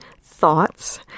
thoughts